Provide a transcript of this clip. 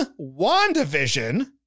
WandaVision